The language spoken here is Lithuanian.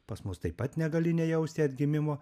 pas mus taip pat negali nejausti atgimimo